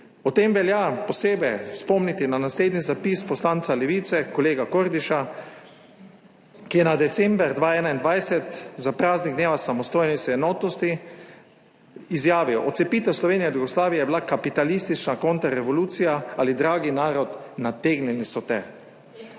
Ob tem velja posebej spomniti na naslednji zapis poslanca Levice kolega Kordiša, ki je na december 2021, za praznik dneva samostojnosti in enotnosti izjavil: »Odcepitev Slovenije od Jugoslavije je bila kapitalistična kontrarevolucija ali, dragi narod, nategnili so te!«